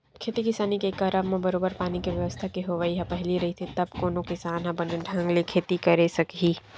खेती किसानी के करब म बरोबर पानी के बेवस्था के होवई ह पहिली रहिथे तब कोनो किसान ह बने ढंग ले खेती करे सकही